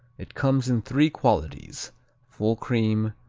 it comes in three qualities full cream,